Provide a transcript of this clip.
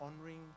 honoring